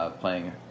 playing